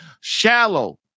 shallow